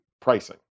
pricing